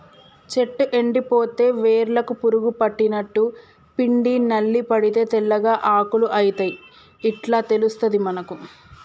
చెట్టు ఎండిపోతే వేర్లకు పురుగు పట్టినట్టు, పిండి నల్లి పడితే తెల్లగా ఆకులు అయితయ్ ఇట్లా తెలుస్తది మనకు